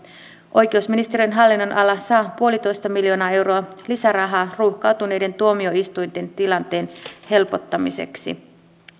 oikeusministeriön hallinnonala saa yksi pilkku viisi miljoonaa euroa lisärahaa ruuhkautuneiden tuomioistuinten tilanteen helpottamiseksi